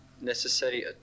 necessary